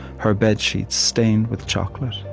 her bedsheets stained with chocolate,